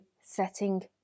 setting